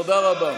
תודה רבה.